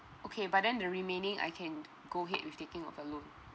okay but then the remaining I can go ahead with getting of a loan